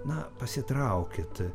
na pasitraukit